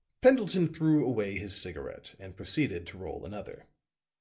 pendleton threw away his cigarette and proceeded to roll another.